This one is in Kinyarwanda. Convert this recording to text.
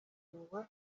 imirimo